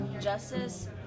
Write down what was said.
Justice